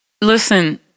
listen